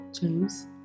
James